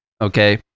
Okay